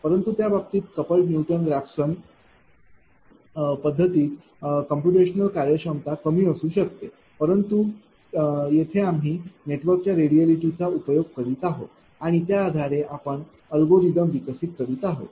परंतु त्या बाबतीत कपल्ड न्यूटन रॅफसन पद्धतीत कम्प्युटेशनल कार्यक्षमता कमी असू शकते परंतु येथे आम्ही नेटवर्कच्या रेडिएलिटीचा उपयोग करीत आहोत आणि त्या आधारे आपण अल्गोरिदम विकसित करीत आहोत